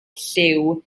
llyw